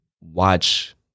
watch